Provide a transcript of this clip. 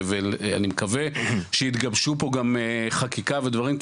אני מקווה שיתגבשו פה גם חקיקה ודברים.